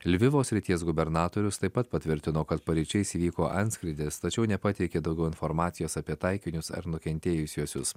lvivo srities gubernatorius taip pat patvirtino kad paryčiais įvyko antskrydis tačiau nepateikė daugiau informacijos apie taikinius ar nukentėjusiuosius